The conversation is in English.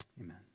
amen